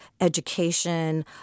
education